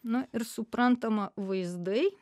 na ir suprantama vaizdai